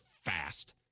fast